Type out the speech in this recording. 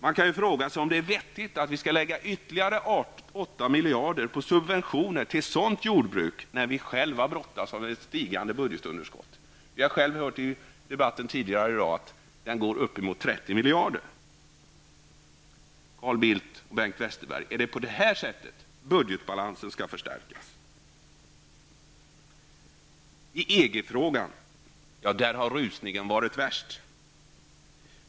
Man kan fråga sig om det kan vara vettigt att vi skall lägga ytterligare 8 miljarder på subventioner till sådant jordbruk när vi själva brottas med ett stigande budgetunderskott. Jag har i debatten tidigare här i dag hört att det uppgår till ca 30 miljarder. Är det på detta sätt budgetbalansen skall förstärkas, Carl Bildt och Bengt Westerberg? I EG-frågan har rusningen varit värst.